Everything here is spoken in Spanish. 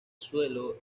suelo